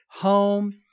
home